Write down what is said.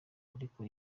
ariko